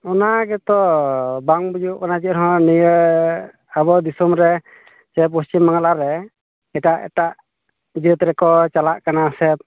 ᱚᱱᱟ ᱜᱮᱛᱚ ᱵᱟᱝ ᱵᱩᱡᱷᱟᱹᱜ ᱠᱟᱱᱟ ᱡᱮ ᱱᱤᱭᱟᱹ ᱟᱵᱚ ᱫᱤᱥᱚᱢ ᱨᱮ ᱥᱮ ᱯᱚᱪᱷᱤᱢ ᱵᱟᱝᱜᱞᱟ ᱨᱮ ᱮᱴᱟᱜ ᱮᱴᱟᱜ ᱡᱟᱹᱛ ᱨᱮᱠᱚ ᱪᱟᱞᱟᱜ ᱠᱟᱱᱟ ᱥᱮ